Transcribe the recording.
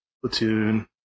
platoon